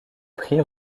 prix